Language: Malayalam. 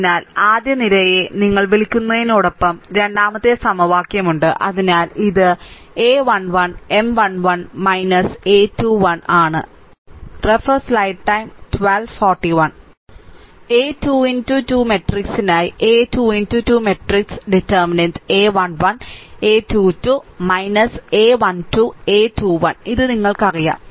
അതിനാൽ ആദ്യ നിരയെ നിങ്ങൾ വിളിക്കുന്നതിനോടൊപ്പം രണ്ടാമത്തെ സമവാക്യവും ഉണ്ട് അതിനാൽ ഇത് a1 1 M 1 1 a 21 ആണ് a2 2 മാട്രിക്സിനായി a2 2 matrix determinant a1 1a 2 2 - a 1 2 a 21 ഇത് നിങ്ങൾക്കറിയാം